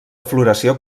floració